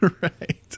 Right